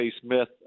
Smith